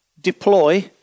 Deploy